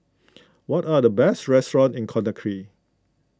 what are the best restaurants in Conakry